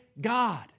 God